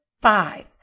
five